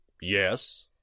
Yes